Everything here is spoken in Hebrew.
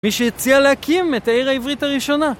מי שהציע להקים את העיר העברית הראשונה.